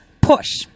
push